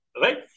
Right